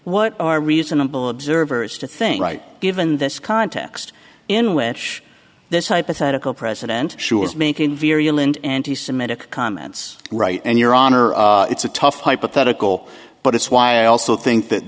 what are reasonable observers to thing right given this context in which this hypothetical president sure is making very ill and anti semitic comments right and your honor it's a tough hypothetical but it's why i also think that